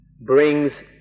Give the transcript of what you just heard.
brings